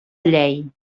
llei